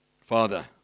Father